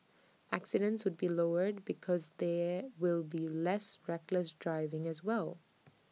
accidents would be lowered because there will be less reckless driving as well